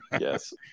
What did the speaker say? Yes